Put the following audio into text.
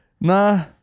Nah